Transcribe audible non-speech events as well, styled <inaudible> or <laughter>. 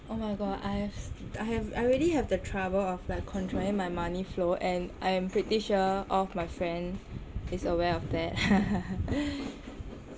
oh my god I've I have I already have the trouble of like controlling my money flow and I am pretty sure all of my friend is aware of that <laughs>